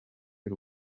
y’u